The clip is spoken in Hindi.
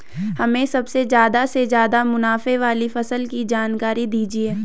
हमें सबसे ज़्यादा से ज़्यादा मुनाफे वाली फसल की जानकारी दीजिए